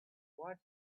what